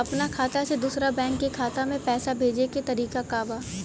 अपना खाता से दूसरा बैंक के खाता में पैसा भेजे के तरीका का बा?